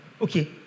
Okay